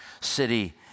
city